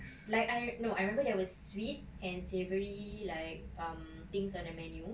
like I no I remember there was sweet and savoury like um things on the menu